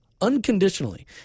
unconditionally